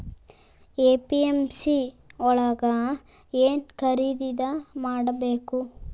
APMC ಯೊಳಗ ಏನ್ ಖರೀದಿದ ಮಾಡ್ಬೇಕು?